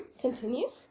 Continue